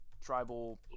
tribal